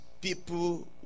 people